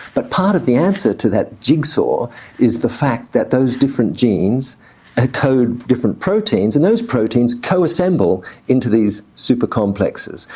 but part of the answer to that jigsaw is the fact that those different genes encode different proteins and those proteins co-assemble into these super complexes.